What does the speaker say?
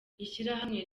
ishyirahamwe